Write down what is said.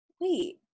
Wait